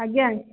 ଆଜ୍ଞା